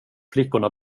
flickorna